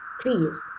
please